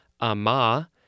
AMA